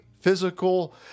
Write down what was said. physical